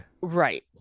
Right